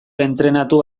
entrenatu